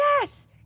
Yes